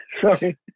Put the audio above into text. Sorry